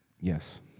Yes